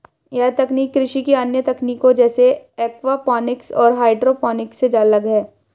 यह तकनीक कृषि की अन्य तकनीकों जैसे एक्वापॉनिक्स और हाइड्रोपोनिक्स से अलग है